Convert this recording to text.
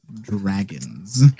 Dragons